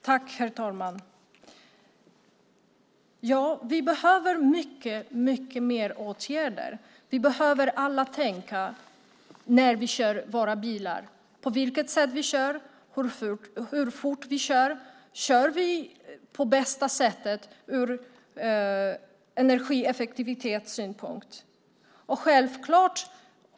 Herr talman! Vi behöver många fler åtgärder. När vi kör våra bilar behöver vi alla tänka på hur vi kör och hur fort vi kör. Kör vi på det bästa sättet ur energieffektivitetssynpunkt?